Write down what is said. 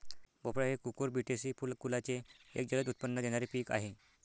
भोपळा हे कुकुरबिटेसी कुलाचे एक जलद उत्पन्न देणारे पीक आहे